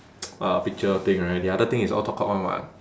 uh picture thing right the other thing is all talk cock [one] [what]